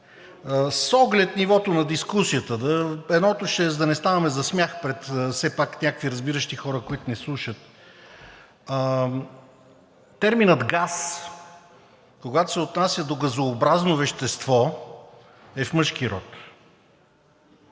с оглед нивото на дискусията. Едното ще е, за да не ставаме за смях пред все пак някакви разбиращи хора, които ни слушат. Терминът „газ“, когато се отнася до газообразно вещество, е в мъжки род.